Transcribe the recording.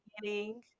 beginning